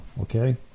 okay